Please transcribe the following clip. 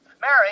Mary